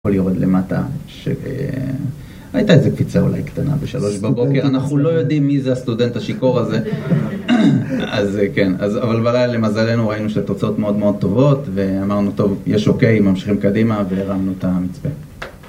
הכל יורד למטה, שהייתה איזה קפיצה אולי קטנה בשלוש בבוקר אנחנו לא יודעים מי זה הסטודנט השיכור הזה אז כן, אבל בלילה למזלנו ראינו שתוצאות מאוד מאוד טובות ואמרנו טוב, יש אוקיי, ממשיכים קדימה והרמנו את המצפה